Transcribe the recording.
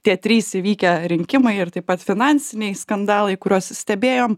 tie trys įvykę rinkimai ir taip pat finansiniai skandalai kuriuos stebėjom